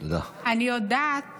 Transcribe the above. אני יודעת